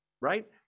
right